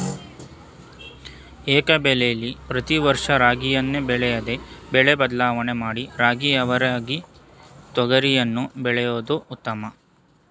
ಏಕಬೆಳೆಲಿ ಪ್ರತಿ ವರ್ಷ ರಾಗಿಯನ್ನೇ ಬೆಳೆಯದೆ ಬೆಳೆ ಬದಲಾವಣೆ ಮಾಡಿ ರಾಗಿ ಅವರೆ ರಾಗಿ ತೊಗರಿಯನ್ನು ಬೆಳೆಯೋದು ಉತ್ತಮ